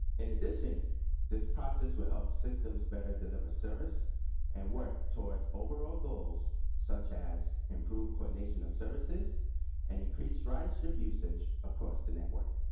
in addition this process will help systems better deliver service and work toward overall goals such as improved coordination of services and increase ridership usage across the network.